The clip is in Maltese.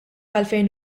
għalfejn